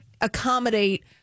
accommodate